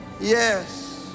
yes